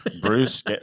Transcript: Bruce